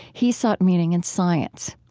he sought meaning in science.